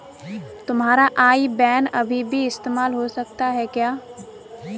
तुम्हारा IBAN अभी भी इस्तेमाल हो सकता है क्या?